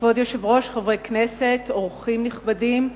כבוד היושב-ראש, חברי הכנסת, אורחים נכבדים,